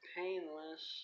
painless